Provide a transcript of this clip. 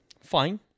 Fine